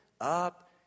up